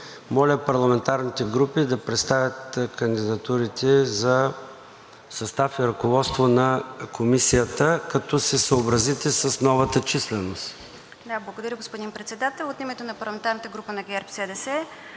Моля парламентарните групи да представят кандидатурите за състав и ръководство на Комисията, като се съобразите с новата численост. РАЯ НАЗАРЯН (ГЕРБ-СДС): Благодаря, господин Председател. От името на парламентарната група на ГЕРБ-СДС